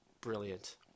brilliant